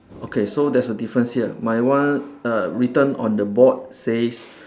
okay so there's a difference here my one err written on the board says